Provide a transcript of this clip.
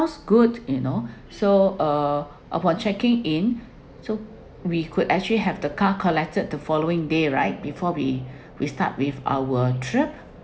good you know so uh upon checking in so we could actually have the car collected the following day right before we we start with our trip